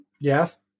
yes